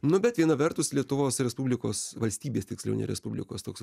nu bet viena vertus lietuvos respublikos valstybės tiksliau ne respublikos toks